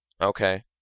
Okay